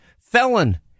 felon